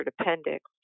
appendix